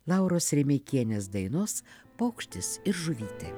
lauros remeikienės dainos paukštis ir žuvytė